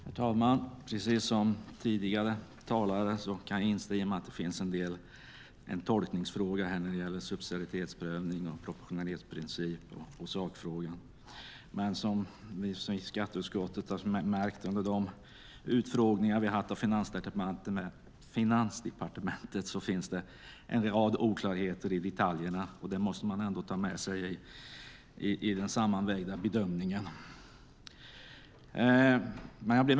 Herr talman! Precis som tidigare talare kan jag instämma i att det är en tolkningsfråga när det gäller subsidiaritetsprövning och proportionalitetsprincip i sakfrågan. Men som vi i skatteutskottet har märkt under de utfrågningar vi har haft med Finansdepartementet finns det en rad oklarheter i detaljerna. Det måste man ändå ta med sig i den sammanvägda bedömningen.